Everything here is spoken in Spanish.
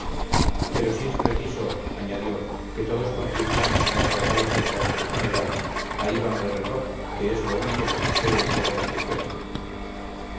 pero si es preciso añadió que todos contribuyamos a los regalos del cuartel general ahí va mi reló que es lo único que posee el pobre